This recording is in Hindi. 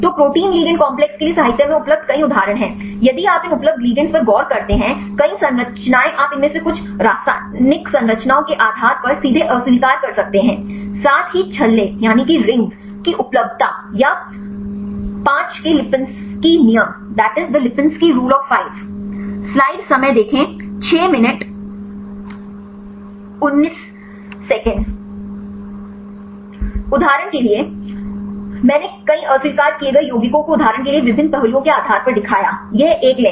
तो प्रोटीन लिगैंड कॉम्प्लेक्स के लिए साहित्य में उपलब्ध कई उदाहरण हैं तो यदि आप इन उपलब्ध लिगैंड्स पर गौर करते हैं कई संरचनाएँ आप इनमें से कुछ रासायनिक संरचनाओं के आधार पर सीधे अस्वीकार कर सकते हैं साथ ही छल्ले की उपलब्धता या पांच के लिपिन्स्की नियम the lipinski rule of five उदाहरण के लिए मैंने कई अस्वीकार किए गए यौगिकों को उदाहरण के लिए विभिन्न पहलुओं के आधार पर दिखाया यह एक लें